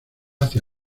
hacia